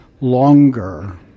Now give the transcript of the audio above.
longer